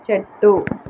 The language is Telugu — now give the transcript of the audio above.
చెట్టు